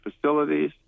facilities